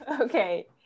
Okay